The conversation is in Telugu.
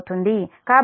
కాబట్టి ఈm 1